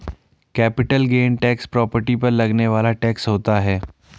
capital gain tax property पर लगने वाला टैक्स होता है